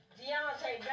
Deontay